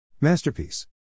Masterpiece